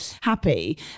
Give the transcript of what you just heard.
happy